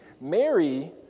Mary